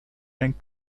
and